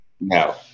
No